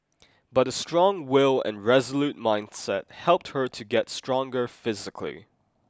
but a strong will and resolute mindset helped her to get stronger physically